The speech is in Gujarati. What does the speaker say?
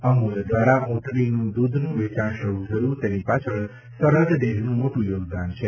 અમૂલ દ્વારા ઊંટડીના દૂધનું વેચાણ શરૂ થયું તેની પાછળ સરહદ ડેરીનું મોટું યોગદાન છે